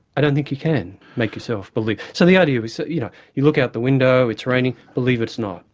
i don't think you can make yourself believe. so the idea is so you know you look out the window, it's raining believe it's not.